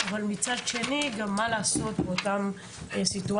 אבל מצד שני גם מה לעשות באותן סיטואציות